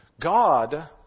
God